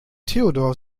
theodor